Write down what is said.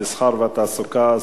המסחר והתעסוקה,